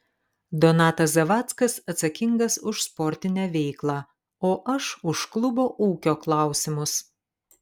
donatas zavackas atsakingas už sportinę veiklą o aš už klubo ūkio klausimus